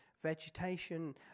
vegetation